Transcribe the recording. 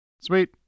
Sweet